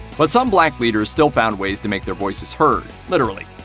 but some black leaders still found ways to make their voices heard literally.